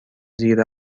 زیر